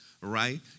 right